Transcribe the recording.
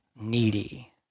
needy